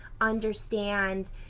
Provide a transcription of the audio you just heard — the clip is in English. understand